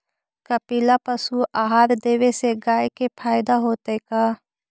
कपिला पशु आहार देवे से गाय के फायदा होतै का?